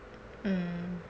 mm